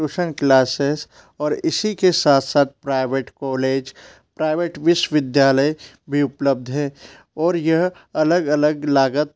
tuition classes और इसी के साथ साथ प्राइवेट कॉलेज प्राइवेट विश्वविद्यालय भी उपलब्ध है और यह अलग अलग लागत